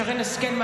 שרן השכל,